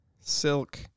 silk